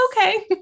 okay